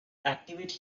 activate